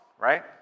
right